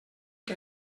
que